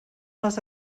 les